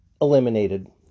Eliminated